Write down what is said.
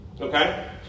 Okay